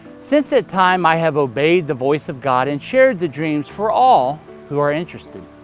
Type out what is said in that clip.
since that time, i have obeyed the voice of god and shared the dreams for all who are interested.